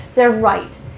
they're right.